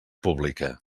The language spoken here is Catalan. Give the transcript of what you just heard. pública